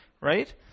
right